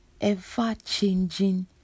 ever-changing